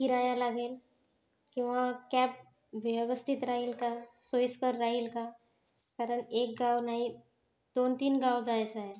किराया लागेल किंवा कॅब व्यवस्थित राहील का सोयीस्कर राहील का कारण एक गाव नाही दोन तीन गाव जायचं आहे